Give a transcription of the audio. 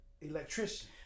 electrician